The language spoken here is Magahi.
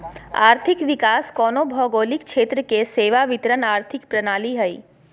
आर्थिक विकास कोनो भौगोलिक क्षेत्र के सेवा वितरण आर्थिक प्रणाली हइ